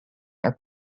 are